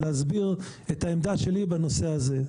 להסביר את העמדה שלי בנושא הזה.